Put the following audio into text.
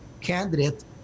candidate